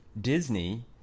Disney